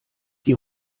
die